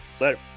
later